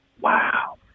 wow